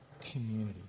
community